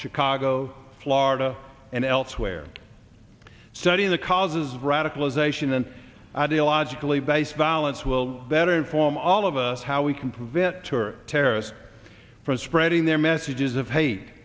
chicago florida and elsewhere studying the causes of radicalization and ideologically based violence will better inform all of us how we can prevent tour terrorists from spreading their messages of hate